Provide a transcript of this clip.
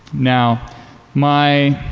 now my